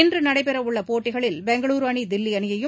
இன்று நடைபெறவுள்ள போட்டிகளில் பெங்களுரு அணி தில்லி அணியையும்